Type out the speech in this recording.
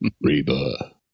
Reba